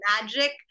magic